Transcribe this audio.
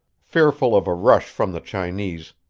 fearful of a rush from the chinese,